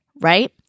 right